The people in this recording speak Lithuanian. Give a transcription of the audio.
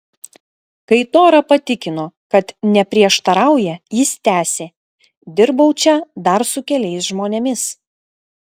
kai tora patikino kad neprieštarauja jis tęsė dirbau čia dar su keliais žmonėmis